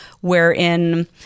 wherein